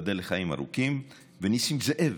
ייבדל לחיים ארוכים, ונסים זאב,